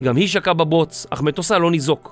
גם היא שקעה בבוץ, אך מטוסה לא ניזוק